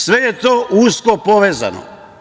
Sve je to usko povezano.